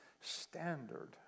standard